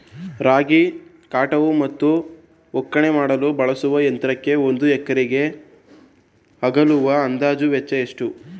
ರಾಗಿ ಕಟಾವು ಮತ್ತು ಒಕ್ಕಣೆ ಮಾಡಲು ಬಳಸುವ ಯಂತ್ರಕ್ಕೆ ಒಂದು ಎಕರೆಗೆ ತಗಲುವ ಅಂದಾಜು ವೆಚ್ಚ ಎಷ್ಟು?